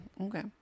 Okay